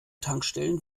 tankstellen